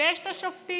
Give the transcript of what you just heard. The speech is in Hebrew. ויש את השופטים,